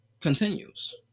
continues